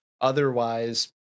Otherwise